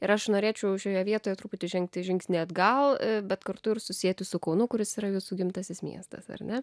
ir aš norėčiau šioje vietoje truputį žengti žingsnį atgal bet kartu ir susieti su kaunu kuris yra jūsų gimtasis miestas ar ne